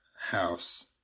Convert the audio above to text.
house